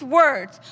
words